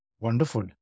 Wonderful